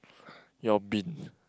your bin